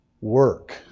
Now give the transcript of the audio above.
work